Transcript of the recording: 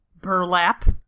Burlap